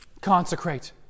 Consecrate